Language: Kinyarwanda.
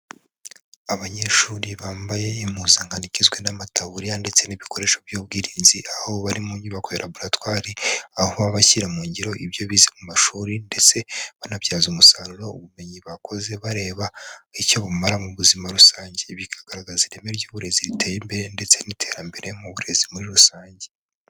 Abanyeshuri bambaye impuzankano igizwe n'amataburiya ndetse n'ibikoresho by'ubwirinzi aho bari mu nyubako laboratwari, aho baba bashyira mu ngiro ibyo bize mu mashuri ndetse banabyaza umusaruro ubumenyi bakoze bareba icyo bumara mu buzima rusange, bikagaragaza ireme ry'uburezi riteye imbere ndetse n'iterambere mu burezi muri rusange.